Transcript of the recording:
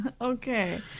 Okay